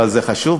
אבל זה חשוב,